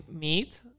meet